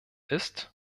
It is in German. ist